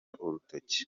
urutoki